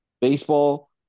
baseball